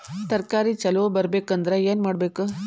ತರಕಾರಿ ಛಲೋ ಬರ್ಬೆಕ್ ಅಂದ್ರ್ ಏನು ಮಾಡ್ಬೇಕ್?